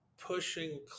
pushing